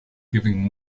giving